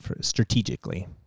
strategically